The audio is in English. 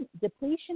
depletion